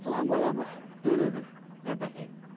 लामो लामो टुरहरू गर्दाखेरि